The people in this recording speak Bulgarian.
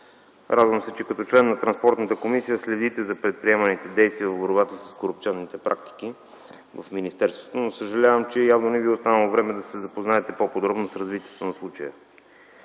радвам се, че като член на Транспортната комисия следите за предприеманите действия в борбата с корупционните практики в министерството, но съжалявам, че явно не Ви е останало време да се запознаете по-подробно с развитието на случая.